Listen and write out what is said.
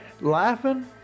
laughing